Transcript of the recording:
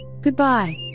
Goodbye